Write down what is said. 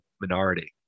minority